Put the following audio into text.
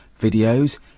videos